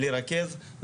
לרכז,